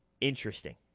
interesting